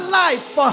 life